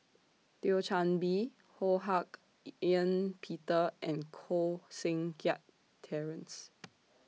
Thio Chan Bee Ho Hak Ean Peter and Koh Seng Kiat Terence